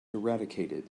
eradicated